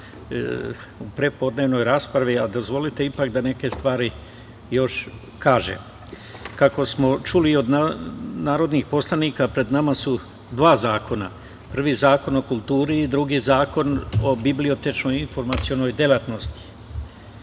u prepodnevnoj raspravi, a dozvolite ipak da neke stvari još kažem. Kako smo čuli od narodnih poslanika pred nama su dva zakona. Prvi Zakon o kulturi i drugi Zakon o bibliotečnoj informacionoj deltanosti.Zašto